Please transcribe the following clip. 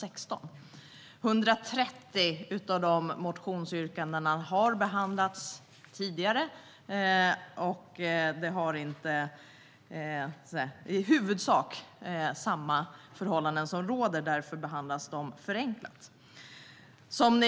130 av dessa motionsyrkanden har behandlats tidigare, och då i huvudsak samma förhållanden råder behandlas de förenklat.